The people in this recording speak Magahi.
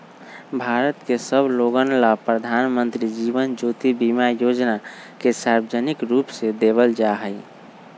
भारत के सब लोगन ला प्रधानमंत्री जीवन ज्योति बीमा योजना के सार्वजनिक रूप से देवल जाहई